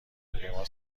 هواپیما